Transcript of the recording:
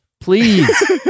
Please